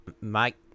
mike